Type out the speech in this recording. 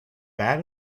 bad